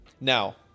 Now